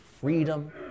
freedom